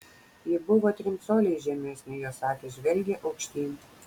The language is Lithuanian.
ji buvo trim coliais žemesnė jos akys žvelgė aukštyn